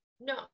No